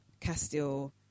Castile